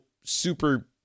Super